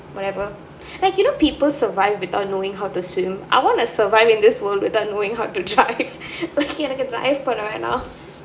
whatever like you know people survive without knowing how to swim I wanna survive in this world without knowing how to drive எனக்கு:enakku drive பண்ண வேணாம்:panna venaam